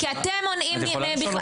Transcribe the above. כי אתם מונעים מהם בכלל להתכנס.